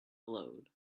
glowed